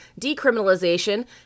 decriminalization